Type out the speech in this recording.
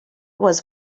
was